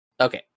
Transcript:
Okay